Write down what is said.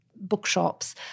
bookshops